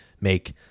make